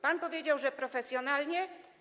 Pan powiedział: profesjonalnie.